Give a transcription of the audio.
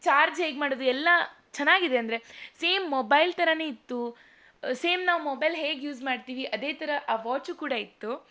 charge ಹೇಗೆ ಮಾಡೋದು ಎಲ್ಲ ಚೆನ್ನಾಗಿದೆ ಅಂದರೆ ಸೇಮ್ ಮೊಬೈಲ್ ಥರವೇ ಇತ್ತು ಸೇಮ್ ನಾವು ಮೊಬೈಲ್ ಹೇಗೆ ಯೂಸ್ ಮಾಡ್ತೀವಿ ಅದೇ ಥರ ಆ ವಾಚು ಕೂಡ ಇತ್ತು